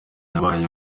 wabaye